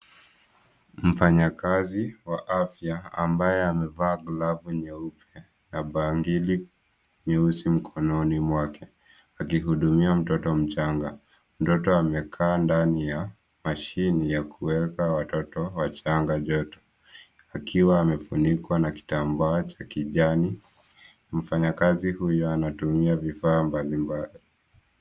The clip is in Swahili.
Mfanyakazi wa afya ambaye amevaa glavu nyeupe na bangili nyeusi mkononi mwake akihudumia mtoto mchanga. Mtoto amekaa ndani ya mashini ya kuweka wachanga joto akiwa amefunikwa na kitambaa cha kijani. Mfanyakazi huyu anatumia vifaa mbalimbali.